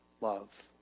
love